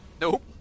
nope